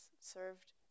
served